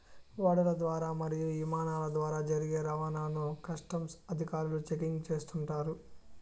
ఓడల ద్వారా మరియు ఇమానాల ద్వారా జరిగే రవాణాను కస్టమ్స్ అధికారులు చెకింగ్ చేస్తుంటారు